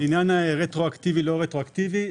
עניין הרטרואקטיבי לא רטרואקטיבי,